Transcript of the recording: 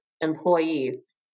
employees